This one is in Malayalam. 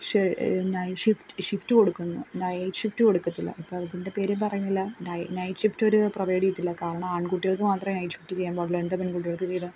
ഷ് നൈറ്റ് ഷിഫ്റ്റ് ഷിഫ്റ്റ് കൊടുക്കുന്നു നൈറ്റ് ഷിഫ്റ്റ് കൊടുക്കത്തില്ല അപ്പം അതിൻ്റെ പേര് പറയുന്നില്ല നൈറ്റ് ഷിഫ്റ്റ് അവർ പ്രൊവൈഡ് ചെയ്യത്തില്ല കാരണം ആൺകുട്ടികൾക്ക് മാത്രമേ നൈറ്റ് ഷിഫ്റ്റ് ചെയ്യാൻ പാടുള്ളൂ എന്താണ് പെൺകുട്ടികൾക്ക് ചെയ്താൽ